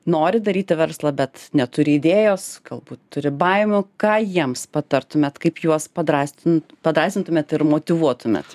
nori daryti verslą bet neturi idėjos galbūt turi baimių ką jiems patartumėt kaip juos padrąsin padrąsintumėt ir motyvuotumėt